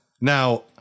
Now